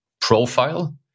profile